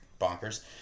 Bonkers